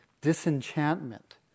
disenchantment